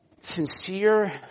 sincere